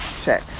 check